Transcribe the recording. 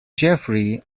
jeffrey